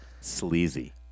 sleazy